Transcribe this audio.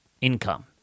income